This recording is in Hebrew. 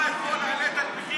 בגלל זה הוא הולך עם מאבטח.